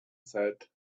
said